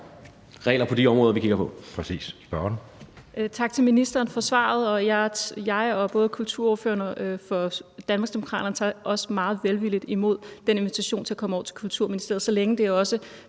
regler på de områder, vi kigger på. Kl.